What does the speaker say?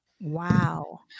Wow